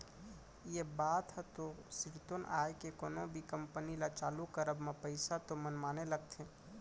ये बात ह तो सिरतोन आय के कोनो भी कंपनी ल चालू करब म पइसा तो मनमाने लगथे